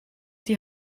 die